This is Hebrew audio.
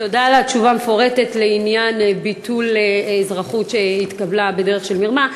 תודה על התשובה המפורטת בעניין ביטול אזרחות שהתקבלה בדרך של מרמה,